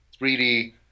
3D